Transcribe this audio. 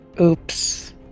Oops